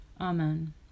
Amen